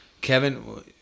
Kevin